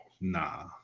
Nah